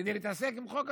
כדי להתעסק עם החוק הזה?